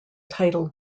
title